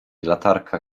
latarka